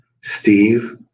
Steve